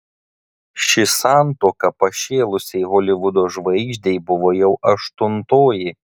ši santuoka pašėlusiai holivudo žvaigždei buvo jau aštuntoji